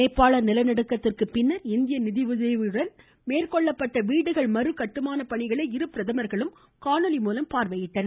நேபாள நிலநடுக்கத்திற்கு பின்னர் இந்திய நிதியுதவியுடன் மேற்கொள்ளப்பட்ட வீடுகள் மறு கட்டுமான பணிகளை இரு பிரதமர்களும் காணொலி பார்வையிட்டனர்